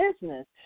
business